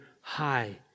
high